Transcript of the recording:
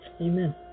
Amen